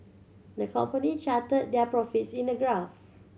the company charted their profits in a graph